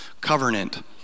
Covenant